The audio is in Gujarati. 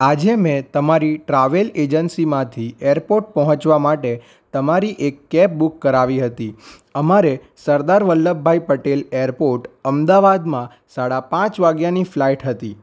આજે મેં તમારી ટ્રાવેલ એજન્સીમાંથી એરપોર્ટ પહોંચવા માટે તમારી એક કેબ બુક કરાવી હતી અમારે સરદાર વલ્લભ ભાઈ પટેલ એરપોર્ટ અમદાવાદમાં સાડા પાંચ વાગ્યાની ફ્લાઇટ હતી